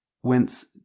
whence